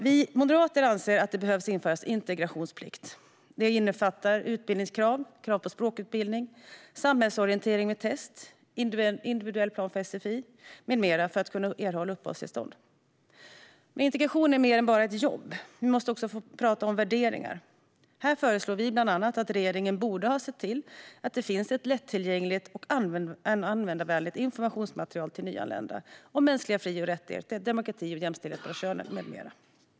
Vi moderater anser att det behöver införas en integrationsplikt. Det innefattar utbildningskrav, krav på språkutbildning, samhällsorientering med ett test, individuell plan i sfi med mera, för att man ska kunna erhålla uppehållstillstånd. Integration är mer än bara ett jobb. Vi måste också prata om värderingar. Regeringen borde bland annat ha sett till att det finns ett lättillgängligt och användarvänligt informationsmaterial till nyanlända om mänskliga fri och rättigheter, demokrati, jämställdhet mellan könen i Sverige med mera.